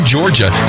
Georgia